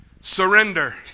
Surrender